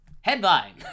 Headline